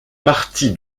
partie